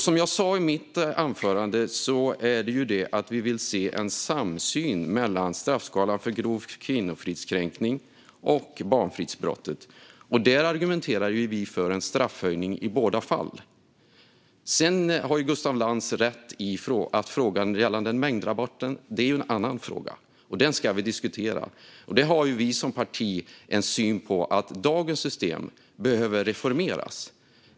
Som jag sa i mitt anförande vill vi se en samsyn mellan straffskalan för grov kvinnofridskränkning och straffskalan för barnfridsbrott. Där argumenterar vi för en straffhöjning i båda fallen. Sedan har Gustaf Lantz rätt i att frågan gällande mängdrabatten är en annan fråga, och den ska vi diskutera. Där har vi som parti synen att dagens system behöver reformeras.